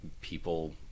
people